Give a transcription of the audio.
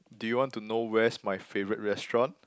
do you want to know where's my favourite restaurant